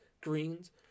greens